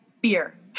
beer